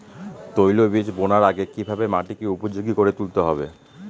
তৈলবীজ বোনার আগে কিভাবে মাটিকে উপযোগী করে তুলতে হবে?